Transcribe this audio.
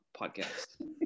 podcast